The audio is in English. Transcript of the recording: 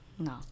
No